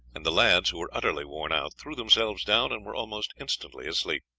and the lads, who were utterly worn out, threw themselves down, and were almost instantly asleep.